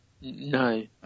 No